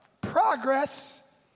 Progress